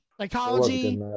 Psychology